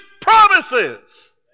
promises